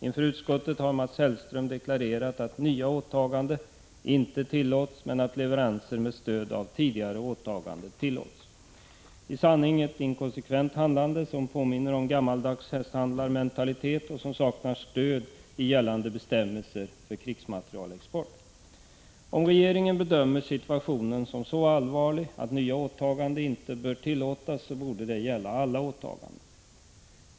Inför utskottet har Mats Hellström deklarerat att nya åtaganden inte tillåts men att leveranser med stöd av tidigare åtagande tillåts — i sanning ett inkonsekvent handlande, som påminner om gammaldags hästhandlarmentalitet och som saknar stöd i gällande bestämmelser för krigsmaterielexport. Om regeringen bedömer situationen som så allvarlig att nya åtaganden inte bör tillåtas, borde detta gälla alla åtaganden.